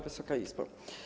Wysoka Izbo!